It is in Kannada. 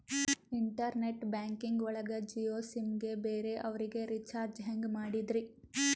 ಇಂಟರ್ನೆಟ್ ಬ್ಯಾಂಕಿಂಗ್ ಒಳಗ ಜಿಯೋ ಸಿಮ್ ಗೆ ಬೇರೆ ಅವರಿಗೆ ರೀಚಾರ್ಜ್ ಹೆಂಗ್ ಮಾಡಿದ್ರಿ?